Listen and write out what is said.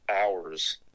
hours